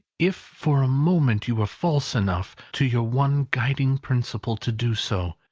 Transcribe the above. if for a moment you were false enough to your one guiding principle to do so,